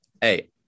Hey